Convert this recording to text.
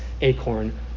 acorn